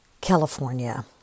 California